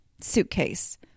suitcase